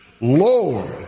Lord